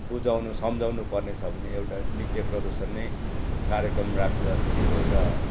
बुझाउनु सम्झाउनु पर्नेछ भने एउटा नृत्य प्रदर्शन नै कार्यक्रम राख्दाखेरि एउटा